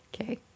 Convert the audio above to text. okay